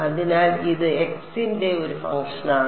അതിനാൽ ഇത് x ന്റെ ഒരു ഫംഗ്ഷനാണ്